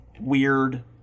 weird